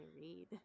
read